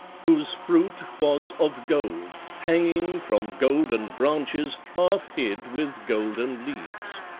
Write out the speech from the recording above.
whose fruit was of gold, hanging from golden branches, half hid with golden leaves.